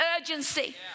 urgency